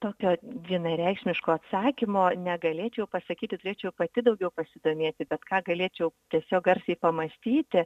tokio vienareikšmiško atsakymo negalėčiau pasakyti turėčiau pati daugiau pasidomėti bet ką galėčiau tiesiog garsiai pamąstyti